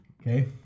Okay